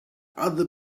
other